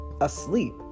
asleep